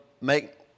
make